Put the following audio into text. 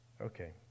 Okay